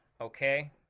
okay